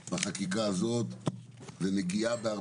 זה צעד חשוב.